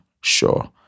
sure